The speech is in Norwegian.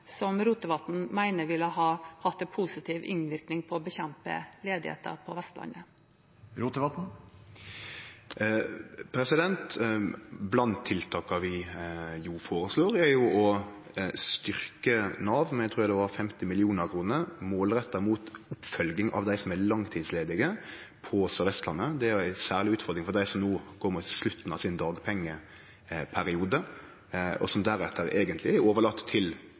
som Rotevatn mener ville ha hatt en positiv innvirkning på å bekjempe ledigheten på Vestlandet. Blant tiltaka vi føreslår, er å styrkje Nav med det eg trur var 50 mill. kr, målretta mot oppfølging av dei som er langtidsledige på Sør-Vestlandet. Det er jo ei særleg utfordring for dei som no går mot slutten av sin dagpengeperiode, og som deretter eigentleg er overlatne til